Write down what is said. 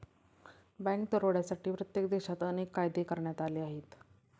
bank दरोड्यांसाठी प्रत्येक देशात अनेक कायदे करण्यात आले आहेत